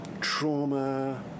trauma